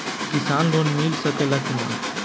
किसान लोन मिल सकेला कि न?